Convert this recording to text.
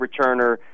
returner